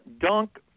dunk